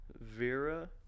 Vera